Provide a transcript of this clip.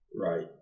right